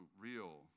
real